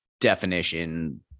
definition